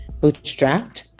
bootstrapped